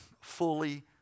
fully